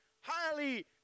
highly